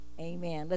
Amen